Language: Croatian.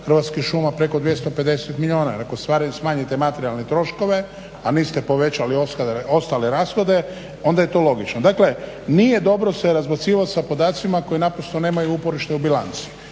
Hrvatskih šuma preko 250 milijuna. Jer ako smanjite materijalne troškove, a niste povećali ostale rashode onda je to logično. Dakle, nije dobro se razbacivat sa podacima koji naprosto nemaju uporište u bilanci.